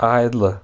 عادلہٕ